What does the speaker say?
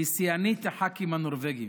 והיא שיאנית הח"כים הנורבגים.